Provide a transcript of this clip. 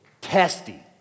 testy